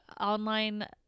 online